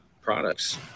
products